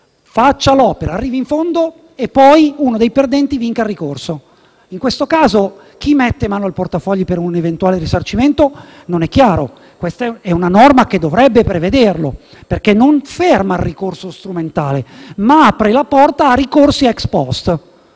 faccia l'opera, arrivi fino in fondo e che poi uno dei perdenti vinca il ricorso. In questo caso chi mette mano al portafoglio per un eventuale risarcimento? Non è chiaro, mentre la norma dovrebbe prevederlo, perché non ferma il ricorso strumentale, ma apre la porta a ricorsi *ex post*